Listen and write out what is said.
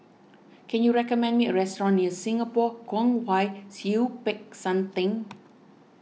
can you recommend me a restaurant near Singapore Kwong Wai Siew Peck San theng